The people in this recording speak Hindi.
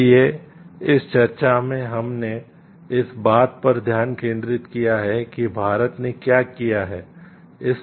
इसलिए इस चर्चा में हमने इस बात पर ध्यान केंद्रित किया है कि भारत ने क्या किया है